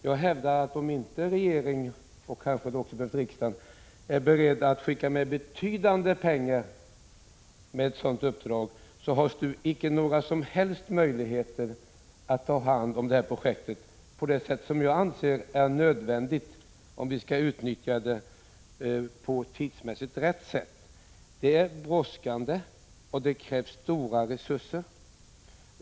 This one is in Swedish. Jag hävdar att om inte regeringen, och kanske också riksdagen, är beredd att skicka med betydande belopp med ett sådant uppdrag har STU icke några som helst möjligheter att ta hand om detta projekt på det sätt som jag anser är nödvändigt om vi skall utnyttja det tidsmässigt riktigt. Det är brådskande, och det krävs stora resurser.